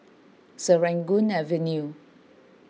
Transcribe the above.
Serangoon Avenue